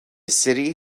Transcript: city